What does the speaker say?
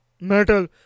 metal